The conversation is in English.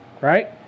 right